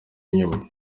inyuma